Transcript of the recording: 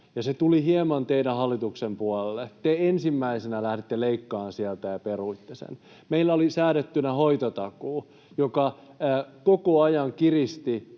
se tuli hieman teidän hallituksen puolelle. Te ensimmäisenä lähditte leikkaamaan sieltä ja peruitte sen. Meillä oli säädettynä hoitotakuu, joka koko ajan kiristi